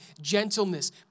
gentleness